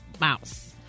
mouse